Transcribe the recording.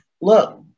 look